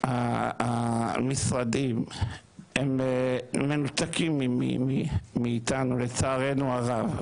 המשרדים הם מנותקים מאיתנו, לצערנו הרב.